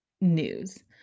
news